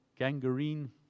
gangrene